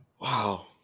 Wow